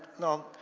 no.